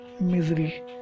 misery